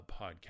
podcast